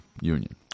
Union